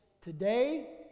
today